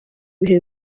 bihe